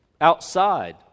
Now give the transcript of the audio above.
outside